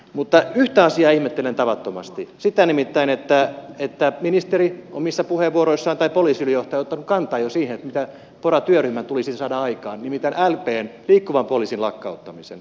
mutta yhtä asiaa ihmettelen tavattomasti sitä nimittäin että ministeri omissa puheenvuoroissaan tai poliisiylijohtaja on ottanut kantaa jo siihen mitä pora työryhmän tulisi saada aikaan nimittäin lpn liikkuvan poliisin lakkauttamisen